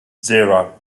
zero